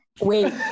wait